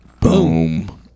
Boom